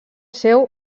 seu